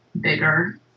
bigger